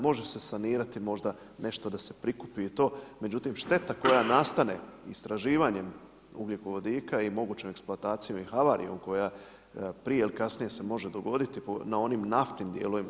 Može se sanirati možda nešto da se prikupi i to međutim, šteta koja nastane istraživanjem ugljikovodika i mogućoj eksploataciji, havarijom koja prije ili kasnije se može dogoditi na onim naftnim dijelovima.